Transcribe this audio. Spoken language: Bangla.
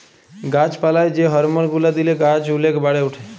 গাছ পালায় যে হরমল গুলা দিলে গাছ ওলেক বাড়ে উঠে